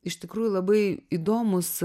iš tikrųjų labai įdomūs